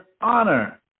honor